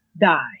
die